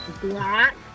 Black